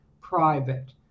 private